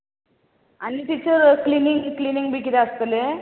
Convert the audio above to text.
आनी teacher cleaning cleaning बी कितें आसतलें